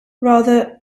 rather